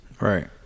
right